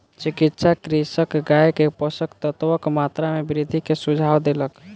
चिकित्सक कृषकक गाय के पोषक तत्वक मात्रा में वृद्धि के सुझाव देलक